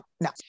no